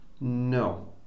No